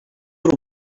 what